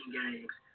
games